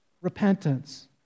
Repentance